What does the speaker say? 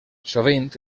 sovint